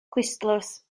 clustdlws